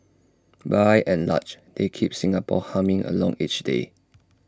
by and large they keep Singapore humming along each day